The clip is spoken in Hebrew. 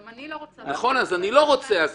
גם אני לא רוצה שזה יקרה.